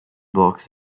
blocks